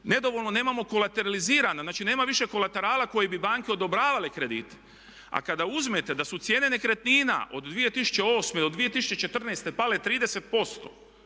nedovoljno nemamo kolateralizirana, znači nema više kolaterala koji bi banke odobravale kredite. A kada uzmete da su cijene nekretnine od 2008. do 2014. pale 30%,